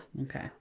Okay